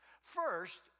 First